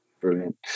Brilliant